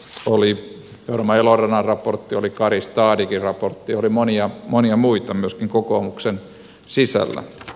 oli jorma elorannan raportti oli kari stadighin raportti oli monia muita myöskin kokoomuksen sisällä